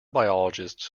biologists